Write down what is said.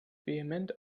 vehement